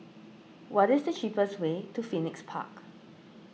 what is the cheapest way to Phoenix Park